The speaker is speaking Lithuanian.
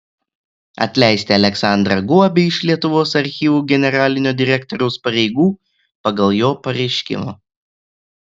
atleisti aleksandrą guobį iš lietuvos archyvų generalinio direktoriaus pareigų pagal jo pareiškimą